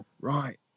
right